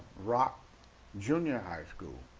rock junior high school.